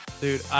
Dude